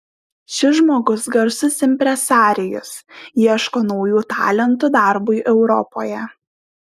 šis žmogus garsus impresarijus ieško naujų talentų darbui europoje